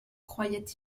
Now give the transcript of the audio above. croyait